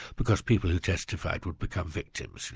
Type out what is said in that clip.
because people who testified would become victims,